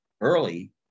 early